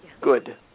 Good